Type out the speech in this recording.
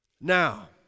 Now